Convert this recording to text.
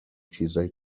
چیزای